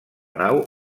nau